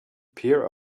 peer